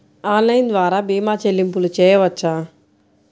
Online ద్వార భీమా చెల్లింపులు చేయవచ్చా?